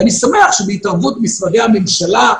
ואני שמח שבהתערבות משרדי הממשלה,